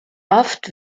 oft